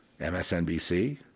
MSNBC